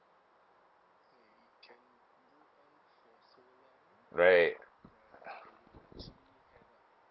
right